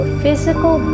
physical